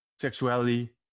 sexuality